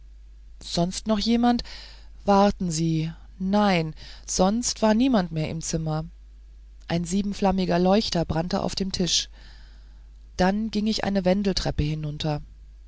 sonst noch jemand warten sie nein sonst war niemand mehr im zimmer ein siebenflammiger leuchter brannte auf dem tisch dann ging ich eine wendeltreppe hinunter